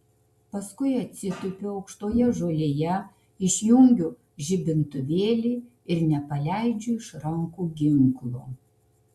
paskui atsitupiu aukštoje žolėje išjungiu žibintuvėlį ir nepaleidžiu iš rankų ginklo